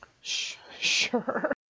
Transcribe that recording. Sure